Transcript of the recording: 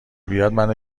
بیاد، منو